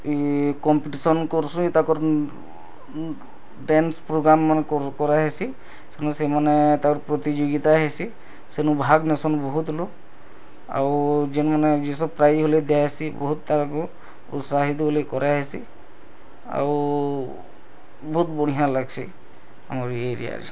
ଏ competition କରସିଁ ତାକର୍ dance ପ୍ରୋଗ୍ରାମ୍ମାନ କରାହେସି ସେନୁ ସେମାନେ ତାପରେ ପ୍ରତିଯୋଗିତା ହେସି ସେନୁ ଭାଗ୍ ନେସନ୍ ବହୁତ୍ ଲୋଗ୍ ଆଉ ଯେନ୍ମାନେ ଜିସ ପ୍ରାଇଜ୍ ହେଲେ ଦିଆହେସି ବହୁତ୍ ତାରକୁ ଉତ୍ସାହିତ ବୋଲି କରାହେସି ଆଉ ବହୁତ୍ ବଢିଆଁ ଲାଗ୍ସି ଆମରି ଏରିଆରେ